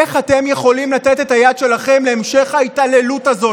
איך אתם יכולים לתת את היד שלכם להמשך ההתעללות הזאת?